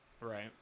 Right